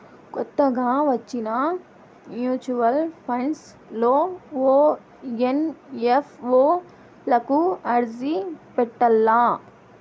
కొత్తగా వచ్చిన mutual funds లో ఓ ఎన్.ఎఫ్.ఓ లకు అర్జీ పెట్టల్ల